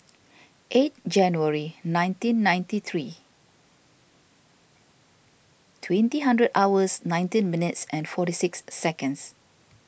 eight January nineteen ninety three twenty hundred hours nineteen minutes and forty six seconds